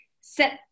set